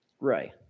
right